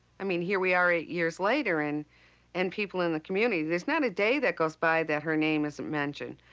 i mean here we are eight years later and and people in the community there's not a day that goes by that her name isn't mentioned.